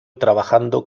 trabajando